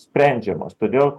sprendžiamas todėl